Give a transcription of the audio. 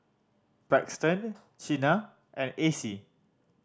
Braxton Chynna and Acy